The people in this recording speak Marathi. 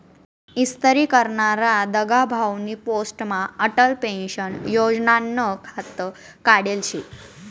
इस्तरी करनारा दगाभाउनी पोस्टमा अटल पेंशन योजनानं खातं काढेल शे